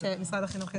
משרד החינוך יסביר.